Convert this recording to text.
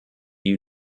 you